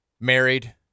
Married